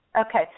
Okay